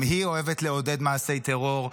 גם היא אוהבת לעודד מעשי טרור,